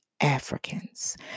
Africans